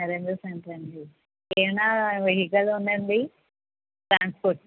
centre ఆ అండి ఏమైన వెహికల్ ఉందా అండి ట్రాన్సపోర్ట్